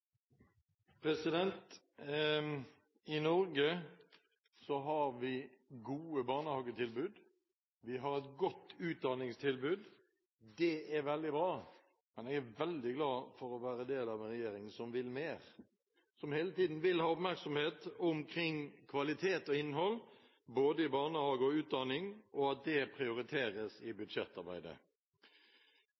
I Norge har vi gode barnehagetilbud. Vi har et godt utdanningstilbud. Det er veldig bra, men jeg er veldig glad for å være del av en regjering som vil mer, som hele tiden vil ha oppmerksomhet omkring kvalitet og innhold, både i barnehage og utdanning, og at det prioriteres i